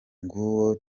nguwo